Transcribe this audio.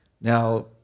Now